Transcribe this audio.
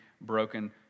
broken